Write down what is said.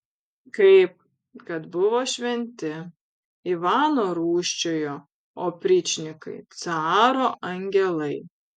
kaip kad buvo šventi ivano rūsčiojo opričnikai caro angelai